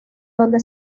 donde